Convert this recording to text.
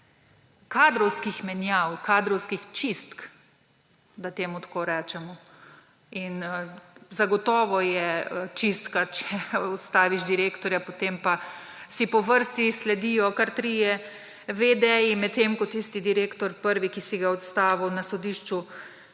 kadrovskih menjav, kadrovskih čistk, da temu tako rečemo − in zagotovo je čistka, če odstaviš direktorja, potem pa si po vrsti sledijo kar trije vedeji, medtem ko tisti prvi direktor, ki si ga odstavil, na sodišču